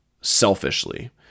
selfishly